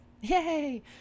Yay